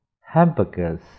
hamburgers